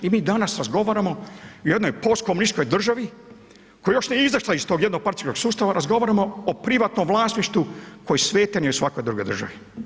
I mi danas razgovaramo o jednoj postkomunističkoj državi koja još nije izašla iz tog jednog partijskog sustava, razgovaramo o privatnom vlasništvu koji ... u svakoj drugoj državi.